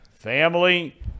family